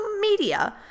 media